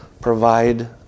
provide